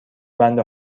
بنده